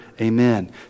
Amen